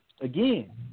again